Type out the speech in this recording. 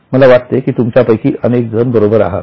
मला वाटते तुमच्यापैकी अनेकजण बरोबर आहात